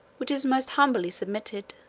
which is most humbly submitted.